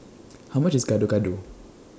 How much IS Gado Gado